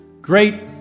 great